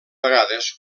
vegades